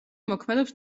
მოქმედებს